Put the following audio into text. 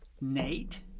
Nate